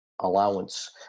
allowance